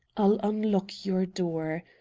i'll unlock your door.